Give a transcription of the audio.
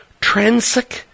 Transic